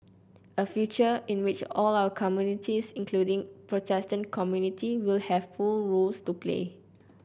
a future in which all our communities including our protestant community will have full roles to play